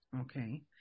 okay